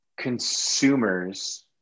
consumers